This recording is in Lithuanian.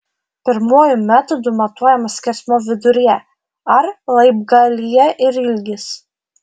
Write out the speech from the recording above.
pirmuoju metodu matuojamas skersmuo viduryje ar laibgalyje ir ilgis